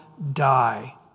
die